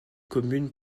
commune